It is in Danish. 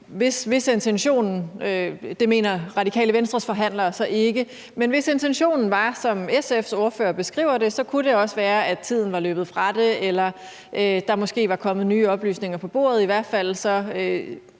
så ikke – som SF's ordfører beskriver det, kunne det også være, at tiden var løbet fra det eller der måske var kommet nye oplysninger på bordet.